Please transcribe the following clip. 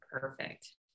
Perfect